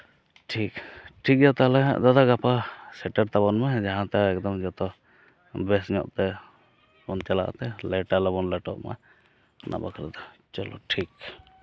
ᱴᱷᱤᱠ ᱴᱷᱤᱠ ᱜᱮᱭᱟ ᱛᱟᱦᱞᱮ ᱜᱟᱯᱟ ᱥᱮᱴᱮᱨ ᱛᱟᱵᱚᱱ ᱢᱮ ᱡᱟᱦᱟᱸ ᱛᱮ ᱮᱠᱫᱚᱢ ᱡᱚᱛᱚ ᱵᱮᱥ ᱧᱚᱜ ᱛᱮ ᱵᱚᱱ ᱪᱟᱞᱟᱜ ᱛᱮ ᱞᱮᱹᱴ ᱟᱞᱚᱵᱚᱱ ᱞᱮᱴᱚᱜ ᱢᱟ ᱚᱱᱟ ᱵᱟᱠᱷᱨᱟᱛᱮ ᱪᱚᱞᱚ ᱴᱷᱤᱠ